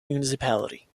municipality